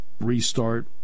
restart